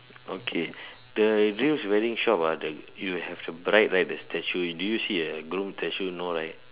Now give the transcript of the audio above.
okay the real wedding shop ah the you have the bride right the statue do you see a groom statue no right